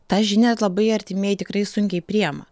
tą žinią labai artimieji tikrai sunkiai priima